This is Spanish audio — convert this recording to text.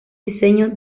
diseño